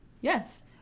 Yes